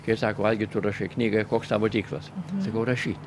kaip sako algi tu rašai knygą koks tavo tikslas sakau rašyt